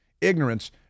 ignorance